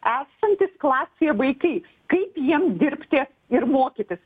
esantys klasėje vaikai kaip jiem dirbti ir mokytis